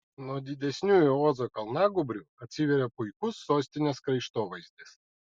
nuo didesniųjų ozo kalnagūbrių atsiveria puikus sostinės kraštovaizdis